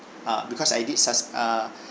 uh because I did sus~ err